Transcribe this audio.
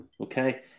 Okay